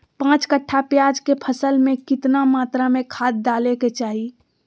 पांच कट्ठा प्याज के फसल में कितना मात्रा में खाद डाले के चाही?